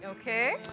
Okay